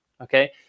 Okay